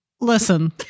Listen